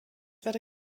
werde